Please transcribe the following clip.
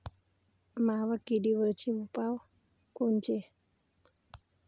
मावा किडीवरचे उपाव कोनचे?